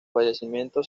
fallecimiento